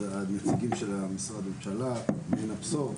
הנציגים של משרד הממשלה מעין הבשור.